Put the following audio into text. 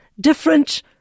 different